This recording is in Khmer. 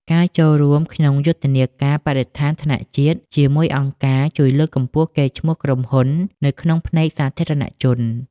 ការចូលរួមក្នុងយុទ្ធនាការបរិស្ថានថ្នាក់ជាតិជាមួយអង្គការ ជួយលើកកម្ពស់កេរ្តិ៍ឈ្មោះក្រុមហ៊ុននៅក្នុងភ្នែកសាធារណជន។